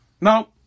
No